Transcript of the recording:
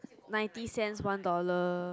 ninety cents one dollar